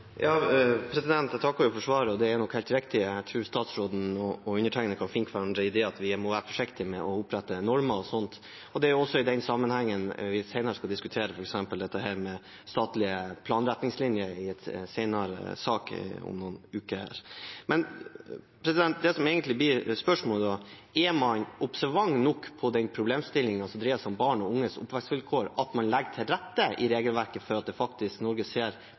Jeg takker for svaret, og det er nok helt riktig at statsråden og undertegnede kan finne hverandre i det at vi må være forsiktig med å opprette normer osv. Det er også den sammenhengen vi skal diskutere senere, f.eks. dette med statlige planretningslinjer i en sak om noen uker. Men det som egentlig blir spørsmålet, er: Er man observant nok på den problemstillingen som dreier seg om barn og unges oppvekstvilkår – at man legger til rette i regelverket for at Norge faktisk ser